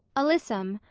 alyssum,